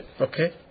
Okay